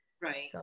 Right